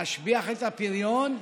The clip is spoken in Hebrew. להשביח את הפריון,